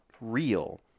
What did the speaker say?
real